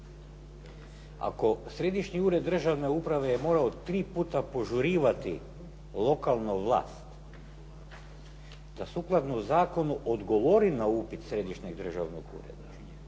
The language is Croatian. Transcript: Ako Središnji ured državne uprave je morao tri puta požurivati lokalnu vlast da sukladno zakonu odgovori na upit Središnjeg državnog ureda,